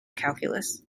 calculus